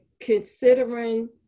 considering